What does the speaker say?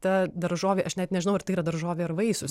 ta daržovė aš net nežinau ar tai yra daržovė ar vaisius